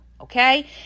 Okay